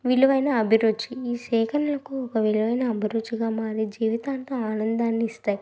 విలువైన అభిరుచి ఈ సేకరణకు ఒక విలువైన అభిరుచిగా మారే జీవితాంత ఆనందాన్ని ఇస్తాయి